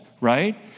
right